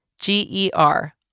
G-E-R